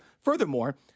Furthermore